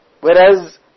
whereas